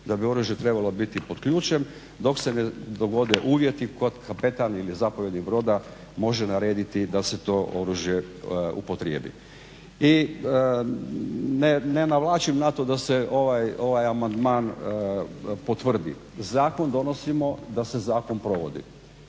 da bi oružje trebalo biti pod ključem dok se ne dogode uvjeti kad kapetan ili zapovjednik broda može narediti da se to oružje upotrijebi. I ne navlačim na to da se ovaj amandman potvrdi, zakon donosimo da se zakon provodi.